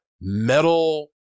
metal